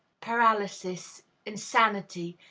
paralysis, insanity,